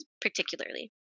particularly